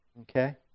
Okay